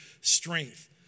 strength